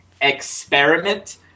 experiment